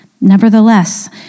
Nevertheless